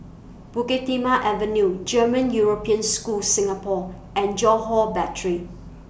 Bukit Timah Avenue German European School Singapore and Johore Battery